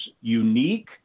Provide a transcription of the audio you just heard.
unique